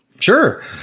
Sure